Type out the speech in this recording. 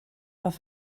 auf